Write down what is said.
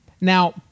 now